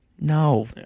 No